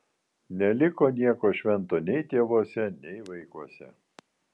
neliko nieko švento nei tėvuose nei vaikuose